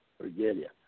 regalia